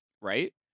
right